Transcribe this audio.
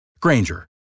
Granger